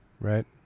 right